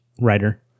writer